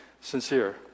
Sincere